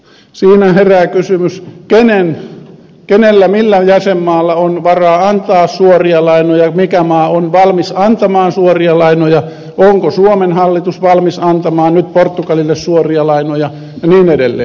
siinä herää kysymys millä jäsenmaalla on varaa antaa suoria lainoja mikä maa on valmis antamaan suoria lainoja onko suomen hallitus valmis antamaan nyt portugalille suoria lainoja ja niin edelleen